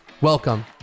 Welcome